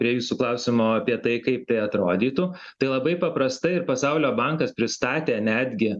prie jūsų klausimo apie tai kaip tai atrodytų tai labai paprastai ir pasaulio bankas pristatė netgi